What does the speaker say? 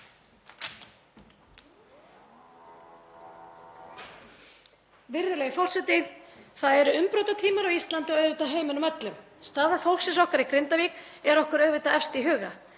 Virðulegi forseti. Það eru umbrotatímar á Íslandi og auðvitað í heiminum öllum. Staða fólksins okkar í Grindavík er okkur auðvitað efst í huga.